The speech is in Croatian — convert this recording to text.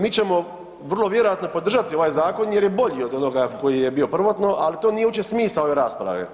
Mi ćemo vrlo vjerojatno podržati ovaj zakon jer je bolji od onoga koji je bio prvotno, ali to nije uopće smisao ove rasprave.